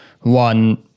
one